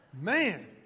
Man